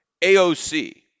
AOC